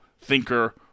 thinker